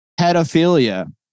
pedophilia